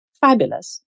fabulous